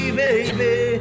baby